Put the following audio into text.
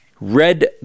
red